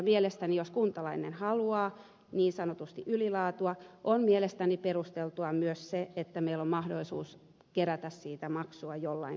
mielestäni jos kuntalainen haluaa niin sanotusti ylilaatua on perusteltua myös se että meillä on mahdollisuus kerätä siitä maksua jollain konstilla